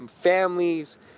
families